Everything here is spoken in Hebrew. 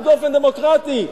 באופן דמוקרטי.